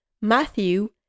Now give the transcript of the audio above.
Matthew